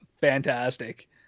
fantastic